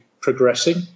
progressing